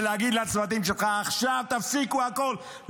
ולהגיד לצוותים שלך: עכשיו תפסיקו הכול,